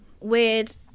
weird